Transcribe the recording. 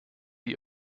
die